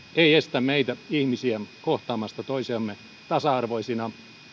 ei estä meitä ihmisiä kohtaamasta toisiamme tasa arvoisina